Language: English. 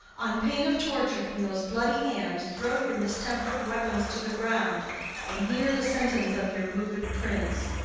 on pain of torture, from those bloody hands throw your mistempered weapons to the ground and hear the sentence of your moved prince.